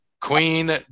Queen